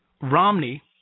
Romney